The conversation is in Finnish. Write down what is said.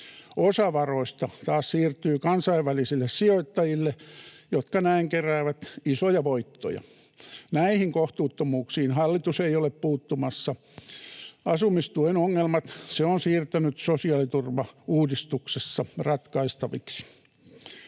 Osa varoista taas siirtyy kansainvälisille sijoittajille, jotka näin keräävät isoja voittoja. Näihin kohtuuttomuuksiin hallitus ei ole puuttumassa. Asumistuen ongelmat se on siirtänyt sosiaaliturvauudistuksessa ratkaistaviksi.